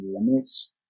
limits